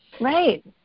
Right